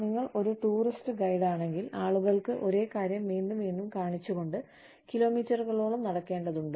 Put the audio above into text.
നിങ്ങൾ ഒരു tourist guide ആണെങ്കിൽ ആളുകൾക്ക് ഒരേ കാര്യം വീണ്ടും വീണ്ടും കാണിച്ചുകൊണ്ട് കിലോമീറ്ററുകളോളം നടക്കേണ്ടതുണ്ട്